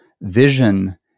vision